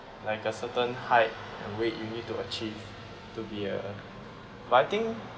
like a certain height and weight you need to achieve to be a but I think